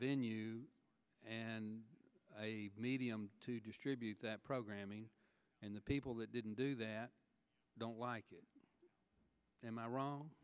venue and a medium to distribute that programming and the people that didn't do that don't like it am i wrong